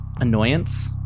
annoyance